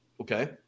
Okay